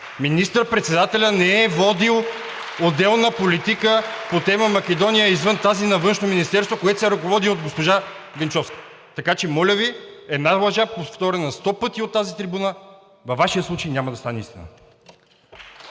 министър-председателят не е водил отделна политика по тема „Македония“ извън тази на Външно министерство, което се ръководи от госпожа Генчовска. Така че, моля Ви, една лъжа повторена сто пъти от тази трибуна във Вашия случай няма да стане истина.